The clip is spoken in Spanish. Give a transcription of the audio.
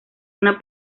una